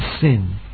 sin